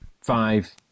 five